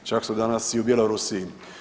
Čak su danas i u Bjelorusiji.